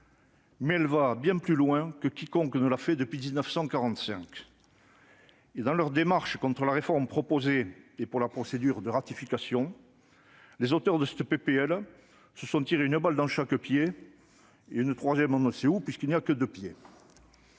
mais elle va déjà bien plus loin que quiconque ne l'a fait depuis 1945. Dans leur démarche contre la réforme proposée et pour la procédure de ratification, les auteurs de cette PPL se sont tiré une balle dans chaque pied, et une troisième on ne sait où, puisqu'il n'y a que deux pieds